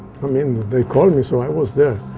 ah mean, they called me so i was there.